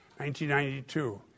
1992